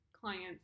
clients